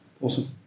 Awesome